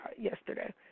yesterday